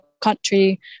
country